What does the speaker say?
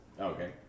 Okay